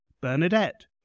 Bernadette